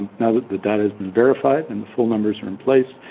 now that the data has been verified and the full numbers are in place,